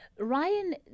Ryan